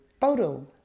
photo